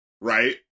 right